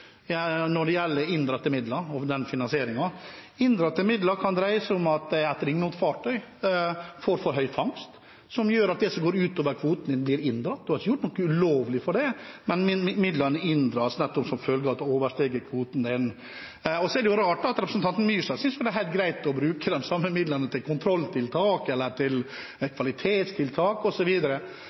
når det gjelder inndratte midler og finansieringen av tilskuddet. Inndratte midler kan dreie seg om at et ringnotfartøy får for stor fangst, som gjør at det som går utover kvoten, blir inndratt. Man har ikke gjort noe ulovlig, men midlene inndras som følge av at man har oversteget kvoten. Det er rart at representanten Myrseth synes det er helt greit å bruke de samme midlene til kontrolltiltak, kvalitetstiltak osv. Dette er penger som kommer inn uansett, og bakgrunnen for mitt opprinnelige forslag er knyttet til